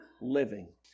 living